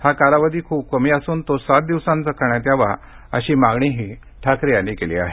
हा कालावधी खूप कमी असून तो सात दिवसांचा करण्यात यावा अशी मागणीही ठाकरे यांनी केली आहे